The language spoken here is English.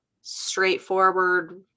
straightforward